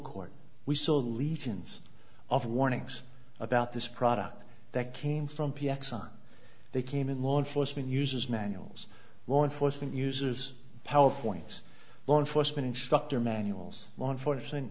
court we saw the legions of warnings about this product that came from p x on they came in law enforcement uses manuals law enforcement uses power points law enforcement instructor manuals law enforcement